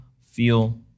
feel